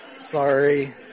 sorry